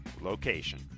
location